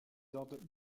ordres